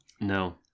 No